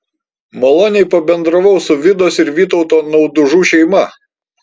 maloniai pabendravau su vidos ir vytauto naudužų šeima